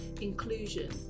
inclusion